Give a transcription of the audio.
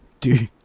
doo